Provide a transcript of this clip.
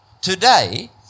today